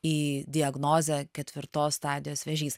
į diagnozę ketvirtos stadijos vėžys